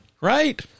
right